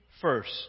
first